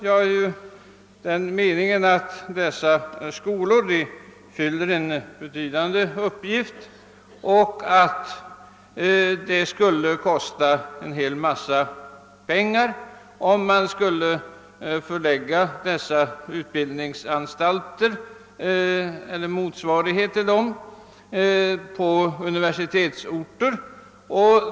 Jag anser att dessa skolor fyller en betydande uppgift och att det skulle kosta en hel massa pengar om man skulle förlägga dessa utbildningsanstalter eller motsvarigheter till dem på universitetsorter.